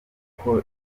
kuko